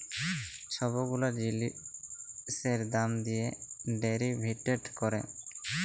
ছব গুলা জিলিসের দাম দিঁয়ে ডেরিভেটিভ ক্যরে